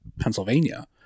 Pennsylvania